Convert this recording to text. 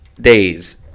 days